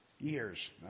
Years